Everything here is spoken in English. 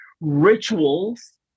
rituals